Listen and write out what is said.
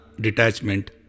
detachment